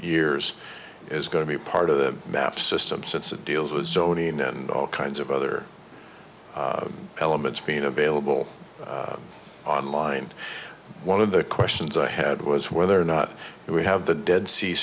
years is going to be part of the map system since it deals with zoning and all kinds of other elements being available online one of the questions i had was whether or not we have the dead sea